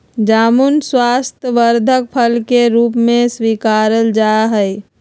जामुन स्वास्थ्यवर्धक फल के रूप में स्वीकारा जाहई